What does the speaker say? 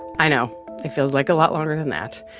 i know it feels like a lot longer than that.